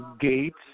Gates